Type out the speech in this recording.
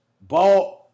ball